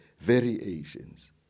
variations